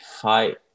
fight